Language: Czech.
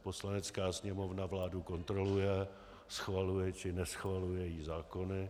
Poslanecká sněmovna vládu kontroluje, schvaluje či neschvaluje její zákony.